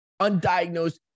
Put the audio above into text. undiagnosed